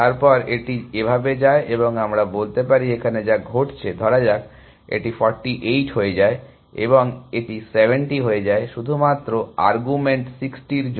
তারপরে এটি এভাবে যায় এবং আমরা বলতে পারি এখানে যা ঘটছে ধরা যাক এটি 48 হয়ে যায় এবং এটি 70 হয়ে যায় শুধুমাত্র আর্গুমেন্ট 60 এর জন্য